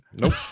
Nope